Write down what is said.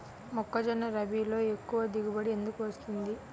మొక్కజొన్న రబీలో ఎక్కువ దిగుబడి ఎందుకు వస్తుంది?